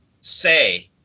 say